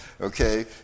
okay